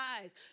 eyes